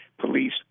police